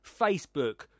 Facebook